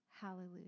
Hallelujah